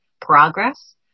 progress